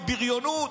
הבריונות,